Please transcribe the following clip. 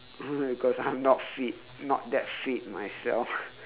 I cause I'm not fit not that fit myself